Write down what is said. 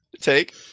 take